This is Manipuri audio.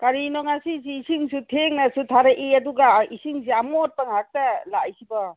ꯀꯔꯤꯅꯣ ꯉꯁꯤꯁꯤ ꯏꯁꯤꯡꯁꯨ ꯊꯦꯡꯅꯁꯨ ꯊꯔꯛꯏ ꯑꯗꯨꯒ ꯏꯁꯤꯡꯁꯦ ꯑꯃꯣꯠꯄ ꯉꯥꯛꯇ ꯂꯥꯛꯏꯁꯤꯕꯣ